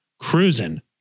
Cruising